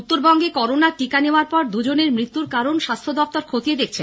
উত্তরবঙ্গে করোনার টিকা নেওয়ার পরে দুজনের মৃত্যুর কারণ স্বাস্থ্য দপ্তর খতিয়ে দেখছে